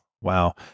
wow